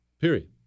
Period